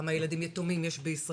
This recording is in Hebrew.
כמה ילדים יתומים יש בישראל?